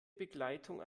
begleitung